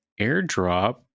airdrop